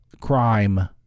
crime